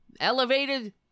elevated